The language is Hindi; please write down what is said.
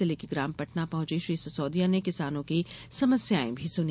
जिले के ग्राम पटना पहुंची श्री सिसोदिया ने किसानों की समस्याएं भी सुनी